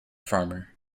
farmer